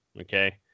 Okay